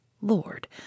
Lord